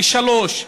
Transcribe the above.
לשלוש?